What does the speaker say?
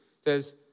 says